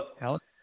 Alex